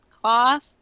cloth